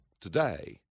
today